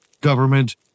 government